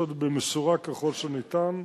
צריך לעשות במשורה ככל שניתן,